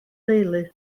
deulu